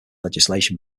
legislation